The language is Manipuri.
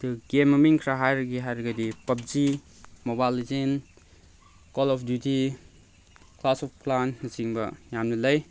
ꯑꯗꯨ ꯒꯦꯝ ꯃꯃꯤꯡ ꯈꯔ ꯍꯥꯏꯔꯒꯦ ꯍꯥꯏꯔꯒꯗꯤ ꯄꯕꯖꯤ mobile legend call of duty clash of ꯀ꯭ꯂꯥꯟꯅ ꯆꯤꯡꯕ ꯌꯥꯝꯅ ꯂꯩ